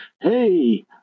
hey